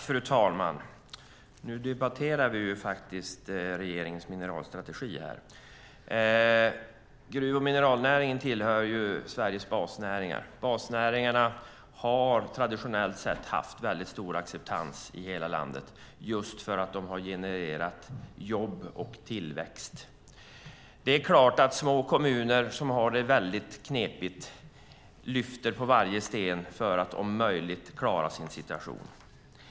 Fru talman! Nu debatterar vi faktiskt regeringens mineralstrategi. Gruv och mineralnäringen tillhör ju Sveriges basnäringar. Basnäringarna har traditionellt sett haft väldigt stor acceptans i hela landet just för att de har genererat jobb och tillväxt. Det är klart att små kommuner som har det väldigt knepigt lyfter på varje sten för att om möjligt klara sin situation.